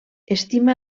estima